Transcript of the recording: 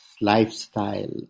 lifestyle